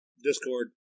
Discord